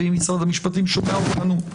ואם משרד המשפטים שומע אותנו,